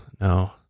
no